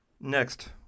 Next